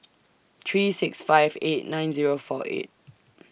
three six five eight nine Zero four eight